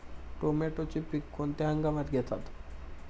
टोमॅटोचे पीक कोणत्या हंगामात घेतात?